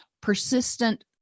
persistent